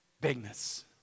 bigness